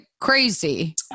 crazy